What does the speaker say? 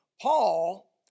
Paul